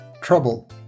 Trouble